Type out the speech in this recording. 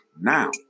now